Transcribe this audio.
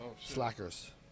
Slackers